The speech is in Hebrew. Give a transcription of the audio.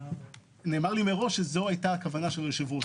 נאמר לי מראש שזאת היתה הכוונה של היושב-ראש.